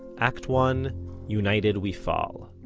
act one united we fall.